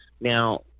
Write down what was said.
Now